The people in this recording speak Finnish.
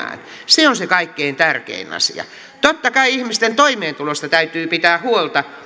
se on se kaikkein tärkein asia totta kai ihmisten toimeentulosta täytyy pitää huolta